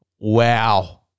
Wow